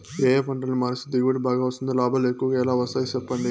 ఏ ఏ పంటలని మారిస్తే దిగుబడి బాగా వస్తుంది, లాభాలు ఎక్కువగా ఎలా వస్తాయి సెప్పండి